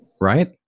right